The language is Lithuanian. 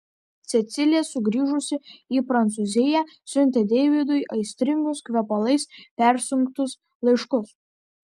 cecilė sugrįžusi į prancūziją siuntė deividui aistringus kvepalais persunktus laiškus